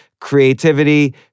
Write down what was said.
creativity